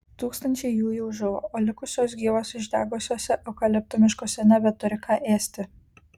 tūkstančiai jų jau žuvo o likusios gyvos išdegusiuose eukaliptų miškuose nebeturi ką ėsti